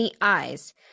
eyes